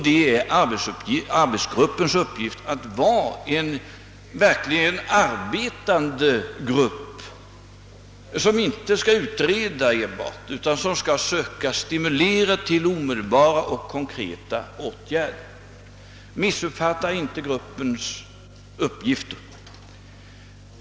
Det är arbetsgruppens uppgift att vara en verkligt arbetande grupp, som inte enbart skall utreda utan också söka stimulera till omedelbara, konkreta åtgärder. Missuppfatta inte gruppens uppgifter!